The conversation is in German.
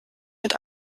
mit